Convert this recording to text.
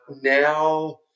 now